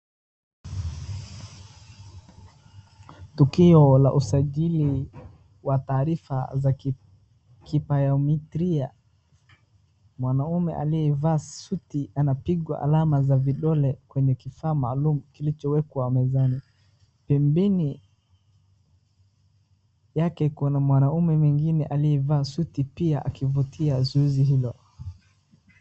Tukio la usajili wa taarifa za kibiometria . Mwanaume aliyevaa suti anapigwa alama za vidole kwenye kifaa maalumu kilichowekwa mezani ,pembeni yake kuna mwanaume mwingine aliyevaa suti akivutia zoezi hio.